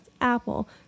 Apple